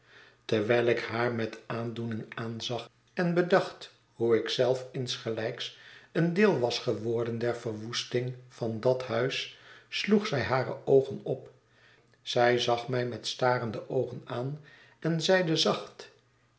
terwijl ik haar met aandoening aanzag en bedacht hoe ik zelf insgelijks een deel was geworden der verwoesting van dat huis sloeg zij hare oogen op zij zag mij met starende oogen aan en zeide zacht